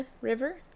river